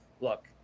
look